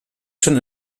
schon